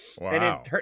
Wow